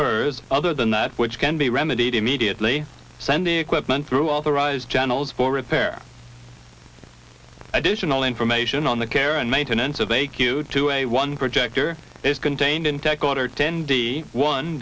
curs other than that which can be remedied immediately sending equipment through authorized channels for repair additional information on the care and maintenance of a q two a one projector is contained in tech water ten d one